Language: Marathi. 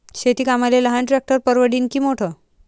शेती कामाले लहान ट्रॅक्टर परवडीनं की मोठं?